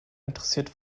interessiert